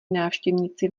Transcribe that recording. návštěvníci